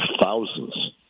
thousands